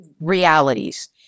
realities